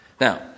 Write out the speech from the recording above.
Now